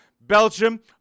Belgium